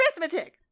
arithmetic